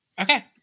Okay